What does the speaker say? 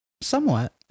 Somewhat